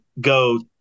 go